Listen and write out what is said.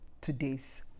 today's